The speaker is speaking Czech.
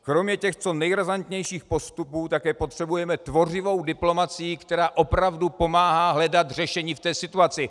kromě těch co nejrazantnějších postupů také potřebujeme tvořivou diplomacii, která opravdu pomáhá hledat řešení v té situaci.